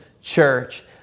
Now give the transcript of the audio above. church